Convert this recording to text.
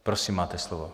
Prosím, máte slovo.